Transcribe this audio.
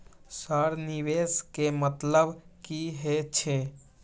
Sir निवेश के मतलब की हे छे?